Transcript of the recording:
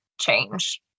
change